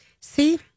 See